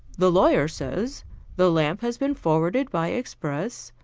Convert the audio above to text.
the lawyer says the lamp has been forwarded by express,